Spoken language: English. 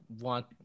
want